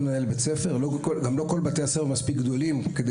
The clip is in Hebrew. גם לא כל בתי הספר מספיק גדולים כדי